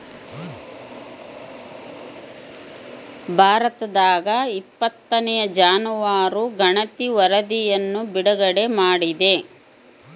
ಭಾರತದಾಗಇಪ್ಪತ್ತನೇ ಜಾನುವಾರು ಗಣತಿ ವರಧಿಯನ್ನು ಬಿಡುಗಡೆ ಮಾಡಿದೆ